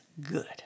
Good